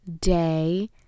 day